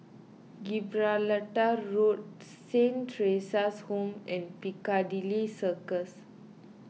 Gibraltar Road Saint theresa's Home and Piccadilly Circus